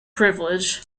privileges